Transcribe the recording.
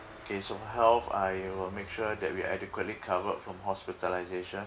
okay so health I will make sure that we are adequately covered from hospitalisation